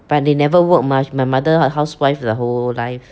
but they never worked mah my mother housewife the whole life